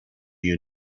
you